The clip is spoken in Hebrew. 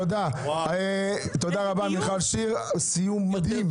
תודה מיכל שיר על סיום מדהים.